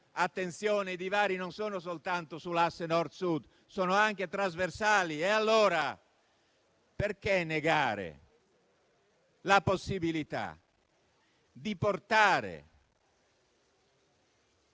Attenzione: i divari non sono soltanto sull'asse Nord- Sud, ma sono anche trasversali. Allora, perché negare la possibilità di portare